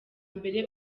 mbere